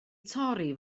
torri